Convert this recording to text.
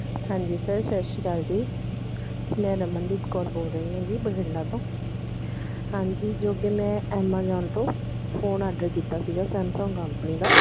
ਹਾਂਜੀ ਸਰ ਸਤਿ ਸ਼੍ਰੀ ਅਕਾਲ ਜੀ ਮੈਂ ਰਮਨਦੀਪ ਕੌਰ ਬੋਲ ਰਹੀ ਹੈਗੀ ਬਠਿੰਡਾ ਤੋਂ ਹਾਂਜੀ ਜੋ ਕਿ ਮੈਂ ਐਮਾਜੋਂਨ ਤੋਂ ਫੋਨ ਔਡਰ ਕੀਤਾ ਸੀਗਾ ਸੈਮਸੰਗ ਕੰਪਨੀ ਦਾ